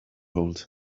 hold